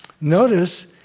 Notice